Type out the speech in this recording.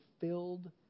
filled